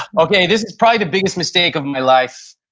okay this is probably the biggest mistake of my life.